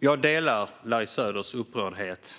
Herr talman! Jag delar Larry Söders upprördhet,